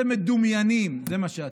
אתם מדומיינים, זה מה שאתם.